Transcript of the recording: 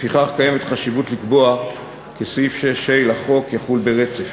לפיכך קיימת חשיבות לקבוע כי סעיף 6(ה) לחוק יחול ברצף.